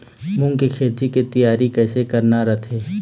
मूंग के खेती के तियारी कइसे करना रथे?